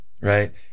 right